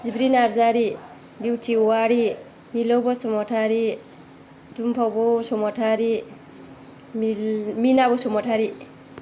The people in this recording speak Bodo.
जिब्रि नारजारि बिउटि औवारि मिलौ बसुमथारि दुमफाव बसुमथारि मिना बसुमथारि